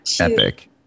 epic